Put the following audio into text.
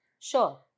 Sure